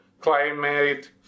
climate